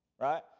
Right